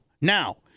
Now